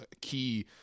key